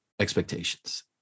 expectations